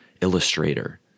Illustrator